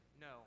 no